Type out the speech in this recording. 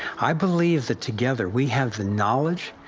i believe that together we have the knowledge,